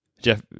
Jeff